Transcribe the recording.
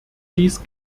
dies